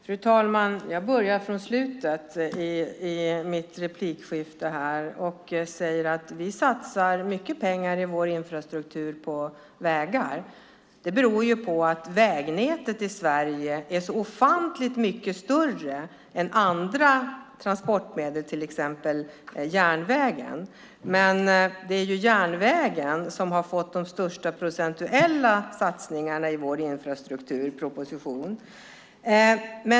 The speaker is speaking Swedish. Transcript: Fru talman! Jag börjar med det sista som Karin Svensson Smith tog upp. Vi satsar mycket pengar i vår infrastrukturproposition på vägar. Det beror på att vägnätet i Sverige är så ofantligt mycket större än andra transportvägar, till exempel järnvägen. Det är dock järnvägen som fått de största procentuella satsningarna i vår infrastrukturproposition.